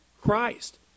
Christ